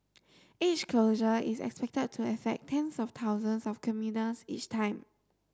each closure is expected to affect tens of thousands of commuters each time